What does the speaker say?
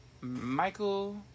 Michael